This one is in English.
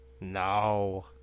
No